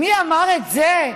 מי אמר את זה: